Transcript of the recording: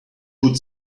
would